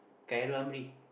Kylo Hambri